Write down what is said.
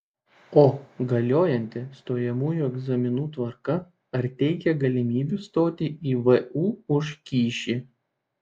o galiojanti stojamųjų egzaminų tvarka ar teikia galimybių įstoti į vu už kyšį